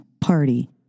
party